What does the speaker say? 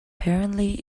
apparently